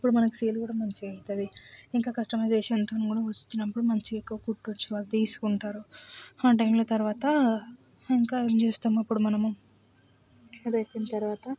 అప్పుడు మనకి సేల్ కూడా మంచిగా అవుతుంది ఇంకా కస్టమైజేషన్తో కూడా వచ్చినప్పుడు ఇంకా మంచిగా ఎక్కువ కుట్టించి వాళ్ళు తీసుకుంటారు ఆ టైంలో తర్వాత ఇంక ఏం చేస్తాం అప్పుడు మనము అది అయిపోయిన తరవాత